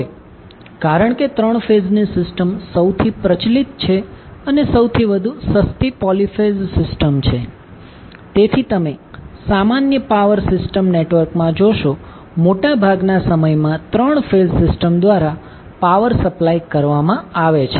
હવે કારણ કે 3 ફેઝની સિસ્ટમ સૌથી પ્રચલિત છે અને સૌથી વધુ સસ્તી પોલીફેઝ સિસ્ટમ છે તેથી તમે સામાન્ય પાવર સિસ્ટમ નેટવર્કમાં જોશો મોટાભાગના સમયમાં 3 ફેઝ સિસ્ટમ દ્વારા પાવર સપ્લાય કરવામાં આવે છે